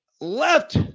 left